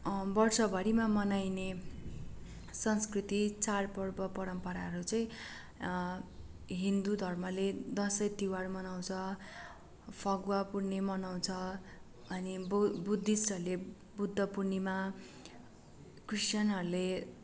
वर्षभरिमा मनाइने संस्कृति चाडपर्व परम्पराहरू चाहिँ हिन्दू धर्मले दसैँ तिवार मनाउँछ फगुवा पूर्णे मनाउँछ अनि बु बुद्धिस्टहरूले बुद्ध पूर्णिमा क्रिस्यनहरूले